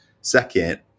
second